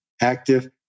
active